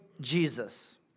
Jesus